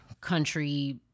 country